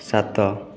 ସାତ